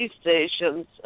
stations